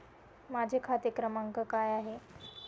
माझा खाते क्रमांक काय आहे?